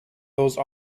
those